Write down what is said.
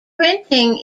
printing